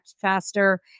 faster